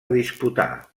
disputar